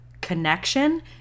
connection